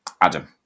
Adam